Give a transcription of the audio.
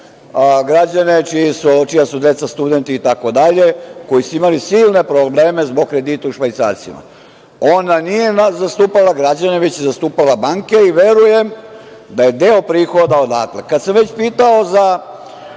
građane čija su deca studenti itd, koji su imali silne probleme zbog kredita u švajcarcima. Ona nije zastupala građane, već je zastupala banke i verujem da je deo prihoda odatle. Kada sam već pitao za